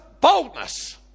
boldness